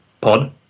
Pod